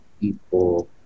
people